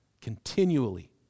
continually